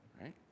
Right